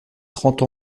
trente